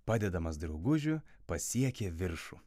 padedamas draugužių pasiekė viršų